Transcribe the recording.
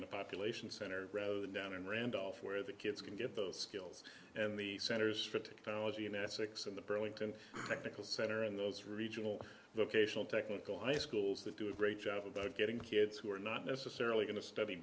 in a population center road down in randolph where the kids can get those skills and the centers for technology in essex and the burlington technical center and those regional vocational technical high schools that do a great job of getting kids who are not necessarily going to study